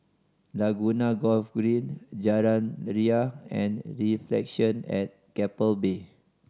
Laguna Golf Green Jalan Ria and Reflection at Keppel Bay